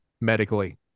medically